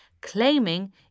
claiming